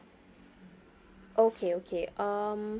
okay okay um